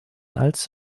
als